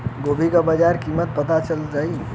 गोभी का बाजार कीमत पता चल जाई?